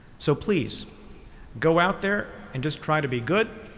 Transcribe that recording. so please go out there and just try to be good.